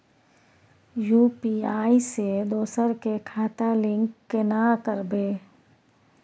UPI से दोसर के खाता लिंक केना करबे?